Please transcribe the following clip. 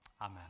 amen